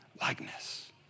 likeness